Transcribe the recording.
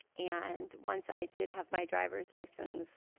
and once i did have my driver's license,